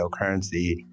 cryptocurrency